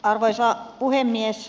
arvoisa puhemies